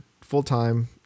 full-time